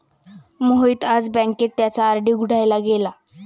मोहित आज बँकेत त्याचा आर.डी उघडायला गेला